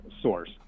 source